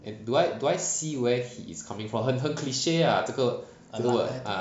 and do I do I see where he is coming from 很很 cliche ah 这个 word